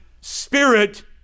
spirit